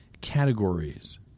categories